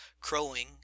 crowing